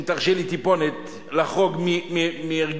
אם תרשה לי טיפונת לחרוג מהרגלי,